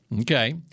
Okay